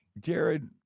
Jared